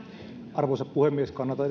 arvoisa puhemies kannatan